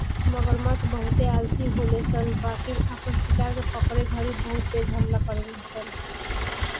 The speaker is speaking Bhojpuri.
मगरमच्छ बहुते आलसी होले सन बाकिर आपन शिकार के पकड़े घड़ी बहुत तेज हमला करेले सन